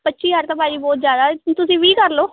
ਪੱਚੀ ਹਜ਼ਾਰ ਤਾਂ ਭਾਜੀ ਬਹੁਤ ਜ਼ਿਆਦਾ ਤੁਸੀਂ ਵੀਹ ਕਰ ਲਓ